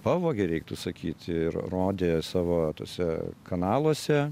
pavogė reiktų sakyti ir rodė savo tuose kanaluose